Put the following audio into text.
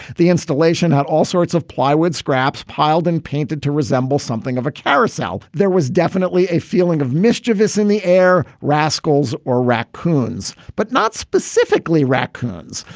the installation had all sorts of plywood, scraps piled and painted to resemble something of a carousel. there was definitely a feeling of mischievous in the air rascals or raccoons, but not specifically raccoons.